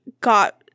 got